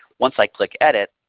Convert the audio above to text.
once i click edit.